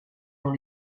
dans